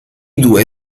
due